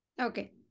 Okay